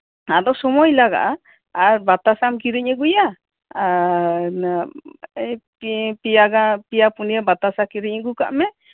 ᱟᱫᱚ ᱥᱚᱢᱚᱭ ᱞᱟᱜᱟᱜᱼᱟ ᱟᱨ ᱵᱟᱛᱟᱥᱟᱢ ᱠᱤᱨᱤᱧ ᱟᱹᱜᱩᱭᱟ ᱟᱨ ᱯᱮᱭᱟ ᱜᱟᱱ ᱯᱮᱭᱟ ᱯᱩᱱᱭᱟᱹ ᱵᱟᱛᱟᱥᱟ ᱠᱤᱨᱤᱧ ᱟᱹᱜᱩ ᱠᱟᱜᱼᱟ